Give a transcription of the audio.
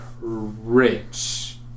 rich